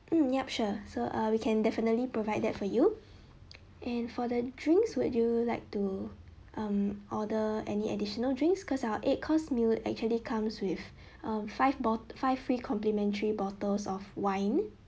mm yup sure so uh we can definitely provide that for you and for the drinks would you like to um order any additional drinks cause our eight course meal actually comes with a five bo~ five free complimentary bottles of wine